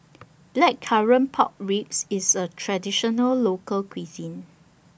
Blackcurrant Pork Ribs IS A Traditional Local Cuisine